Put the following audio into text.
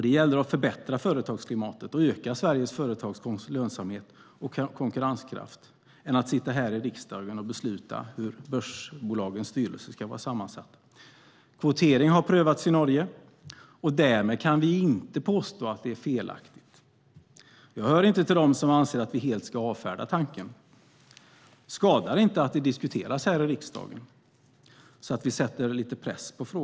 Det gäller att förbättra företagsklimatet och öka svenska företags lönsamhet och konkurrenskraft, inte att sitta i riksdagen och besluta hur bolagsstyrelserna ska vara sammansatta. Kvotering har prövats i Norge, och därmed kan vi inte påstå att det är felaktigt. Jag hör inte till dem som anser att vi helt ska avfärda tanken. Det skadar inte att frågan diskuteras i riksdagen så att vi sätter lite press på den.